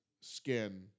skin